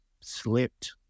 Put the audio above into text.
slipped